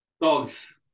Dogs